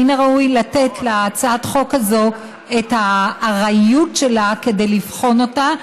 מן הראוי לתת להצעת החוק הזאת את הארעיות שלה כדי לבחון אותה,